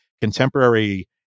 contemporary